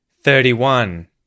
thirty-one